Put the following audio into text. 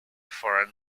foreign